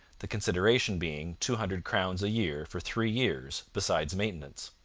the consideration being two hundred crowns a year for three years, besides maintenance.